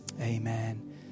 amen